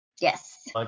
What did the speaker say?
Yes